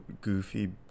goofy